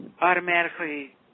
automatically